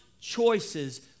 choices